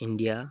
India